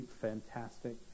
fantastic